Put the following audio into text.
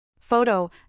Photo